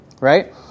right